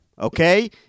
Okay